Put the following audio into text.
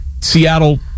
Seattle